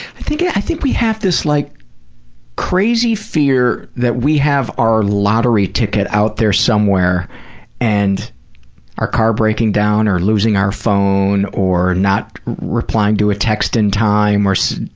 i think we have this like crazy fear that we have our lottery ticket out there somewhere and our car breaking down or losing our phone or not replying to a text in time or, so